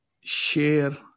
share